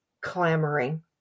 clamoring